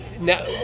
Now